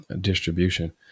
distribution